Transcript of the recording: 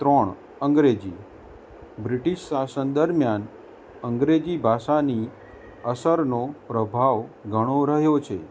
ત્રણ અંગ્રેજી બ્રિટિશ શાસન દરમિયાન અંગ્રેજી ભાષાની અસરનો પ્રભાવ ઘણો રહ્યો છે